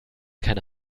keine